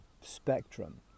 spectrum